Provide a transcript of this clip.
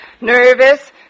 nervous